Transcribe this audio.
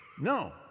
No